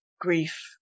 grief